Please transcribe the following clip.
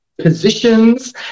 positions